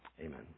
Amen